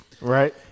Right